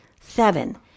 Seven